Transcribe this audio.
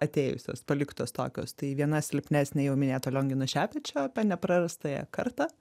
atėjusios paliktos tokios tai viena silpnesnė jau minėto liongino šepečio apie neprarastąją kartą